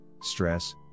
stress